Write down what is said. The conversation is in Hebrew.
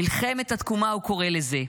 "מלחמת התקומה" הוא קורא לזה,